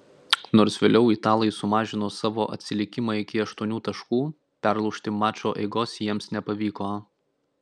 nors vėliau italai sumažino savo atsilikimą iki aštuonių taškų perlaužti mačo eigos jiems nepavyko